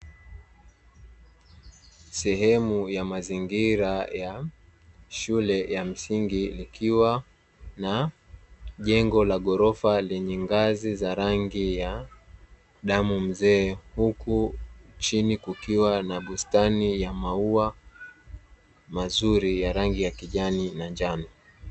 Sehemu ya mazingira ya shule ya msingi ikiwa na jengo la ghorofa lenye ngazi za rangi ya damu mzee, huku chini kukiwa na bustani ya maua mazuri ya rangi ya kijani na njano.